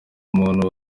umuntu